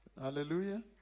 Hallelujah